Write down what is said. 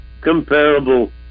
comparable